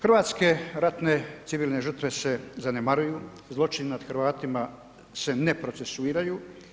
Hrvatske ratne civilne žrtve se zanemaruju, zločini nad Hrvatima se ne procesuiraju.